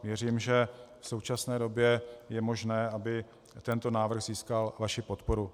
Věřím, že v současné době je možné, aby tento návrh získal vaši podporu.